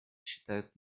считают